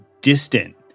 distant